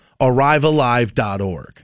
Arrivealive.org